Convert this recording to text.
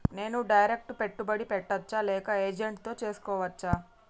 నేను డైరెక్ట్ పెట్టుబడి పెట్టచ్చా లేక ఏజెంట్ తో చేస్కోవచ్చా?